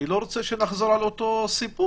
אני לא רוצה שנחזור על אותו סיפור,